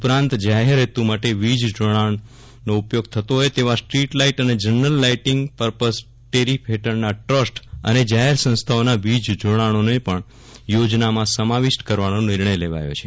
ઉપરાંત જાહેર હેતુ માટે વીજ જોડાણનો ઉપયોગ થતો હોય તેવા સ્ટ્રીટ લાઇટ અને જનરલ લાઇટીંગ પરપઝ ટેરિફ હેઠળના ટ્રસ્ટ અને જાહર સંસ્થાઓના વીજ જોડાણોને પણ યોજનામાં સમાવિષ્ટ કરવાનો નિર્ણય લેવાયો છે